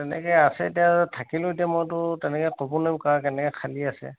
তেনেকে আছে এতিয়া থাকিলোঁ এতিয়া মইতো তেনেকে ক'ব নোৱাৰিম কাৰ কেনেকে খালী আছে